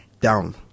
down